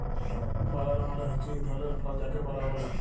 বালালা মালে হছে ইক ধরলের ফল যাকে কলা ব্যলে